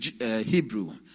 Hebrew